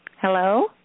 Hello